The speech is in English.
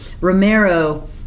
Romero